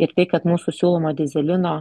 ir tai kad mūsų siūlomo dyzelino